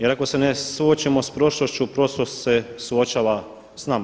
Jer ako se ne suočimo sa prošlošću prošlost se suočava sa nama.